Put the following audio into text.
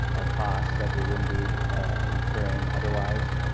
a cost that we wouldn't be incurring otherwise.